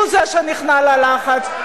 הוא זה שנכנע ללחץ,